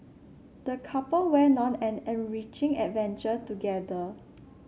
the couple went on an enriching adventure together